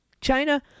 China